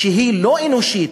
שהיא לא אנושית,